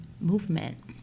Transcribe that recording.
movement